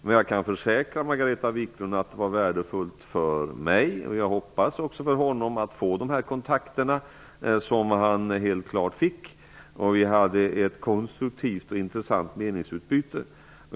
Jag kan dock försäkra Margareta Viklund att det var värdefullt för mig, och jag hoppas också för honom, med de kontakter som han alldeles klart fick, och vi hade ett konstruktivt och intressant meningsutbyte.